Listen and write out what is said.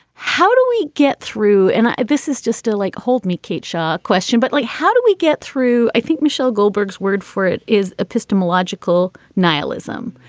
how do we get through? and this is just still like, hold me kate shaw question, but like how do we get through? i think michelle goldberg's word for it is epistemological nihilism.